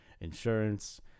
insurance